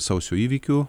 sausio įvykių